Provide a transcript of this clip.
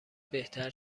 بهتر